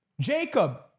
Jacob